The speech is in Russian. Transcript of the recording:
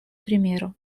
примеру